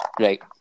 Right